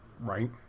Right